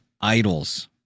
idols